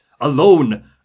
alone